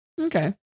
Okay